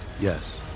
Yes